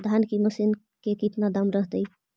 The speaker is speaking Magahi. धान की मशीन के कितना दाम रहतय?